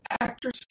actors